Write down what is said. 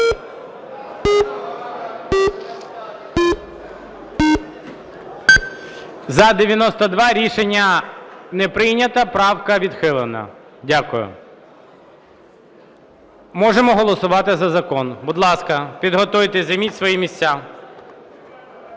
За-92 Рішення не прийнято. Правка відхилена. Дякую. Можемо голосувати за закон. Будь ласка, підготуйтеся, займіть свої місця.